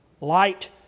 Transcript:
Light